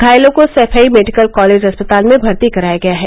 घायलों को Saifai medical college अस्पताल में भर्ती कराया गया है